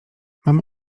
mam